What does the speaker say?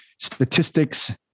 statistics